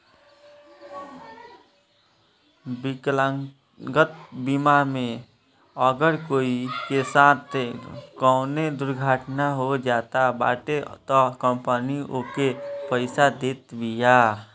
विकलांगता बीमा मे अगर केहू के साथे कवनो दुर्घटना हो जात बाटे तअ कंपनी ओके पईसा देत बिया